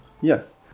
Yes